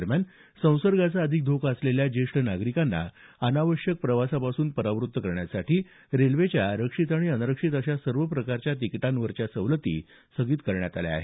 दरम्यान संसर्गाचा अधिक धोका असलेल्या ज्येष्ठ नागरिकांना अनावश्यक प्रवासापासून परावत्त करण्यासाठी आरक्षित आणि अनारक्षित अशा सर्व प्रकारच्या तिकिटांवरच्या सवलती स्थगित करण्यात आल्या आहेत